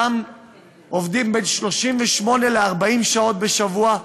שעובדים שם בין 38 ל-40 שעות בשבוע,